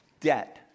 debt